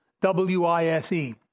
W-I-S-E